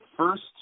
First